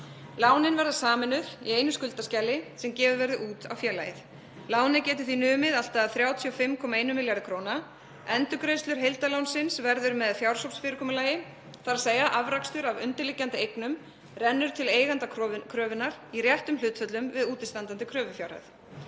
Lánin verða sameinuð í einu skuldaskjali sem gefið verður út á félagið. Lánið getur því numið allt að 35,1 milljarði kr. Endurgreiðsla heildarlánsins verður með fjársópsfyrirkomulagi, þ.e. að afrakstur af undirliggjandi eignum rennur til eigenda kröfunnar í réttum hlutföllum við útistandandi kröfufjárhæð.